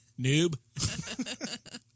noob